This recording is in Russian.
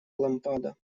лампада